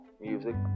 music